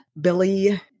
Billy